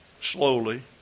slowly